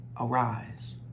arise